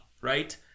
right